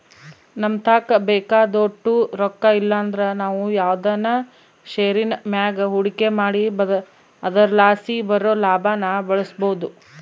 ನಮತಾಕ ಬೇಕಾದೋಟು ರೊಕ್ಕ ಇಲ್ಲಂದ್ರ ನಾವು ಯಾವ್ದನ ಷೇರಿನ್ ಮ್ಯಾಗ ಹೂಡಿಕೆ ಮಾಡಿ ಅದರಲಾಸಿ ಬರೋ ಲಾಭಾನ ಬಳಸ್ಬೋದು